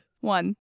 One